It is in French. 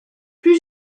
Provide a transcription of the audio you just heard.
plus